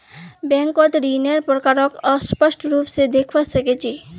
बैंकत ऋन्नेर प्रकारक स्पष्ट रूप से देखवा सके छी